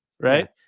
Right